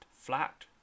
flat